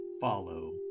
follow